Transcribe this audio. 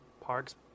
parks